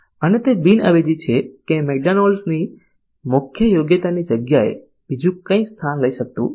અને તે બિન અવેજી છે કે મેકડોનાલ્ડ્સની મુખ્ય યોગ્યતાની જગ્યાએ બીજું કંઇ સ્થાન લઇ શકતું નથી